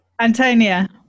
Antonia